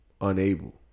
unable